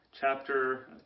chapter